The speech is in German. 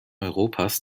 europas